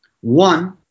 One